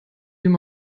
ihm